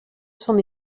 son